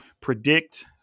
predict